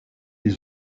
les